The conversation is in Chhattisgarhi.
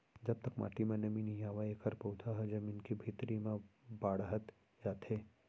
जब तक माटी म नमी नइ आवय एखर पउधा ह जमीन के भीतरी म बाड़हत जाथे